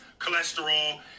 Cholesterol